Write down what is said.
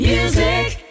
Music